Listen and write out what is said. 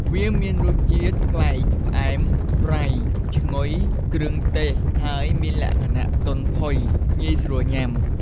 វាមានរសជាតិឆ្ងាញ់ប្លែក ផ្អែម ប្រៃ ឈ្ងុយគ្រឿងទេស ហើយមានលក្ខណៈទន់ផុយ ងាយស្រួលញ៉ាំ។